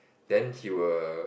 then he will